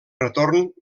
retorn